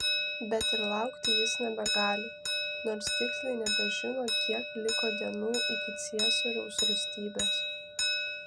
bet ir laukti jis nebegali nors tiksliai nebežino kiek liko dienų iki ciesoriaus rūstybės